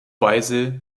weise